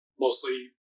mostly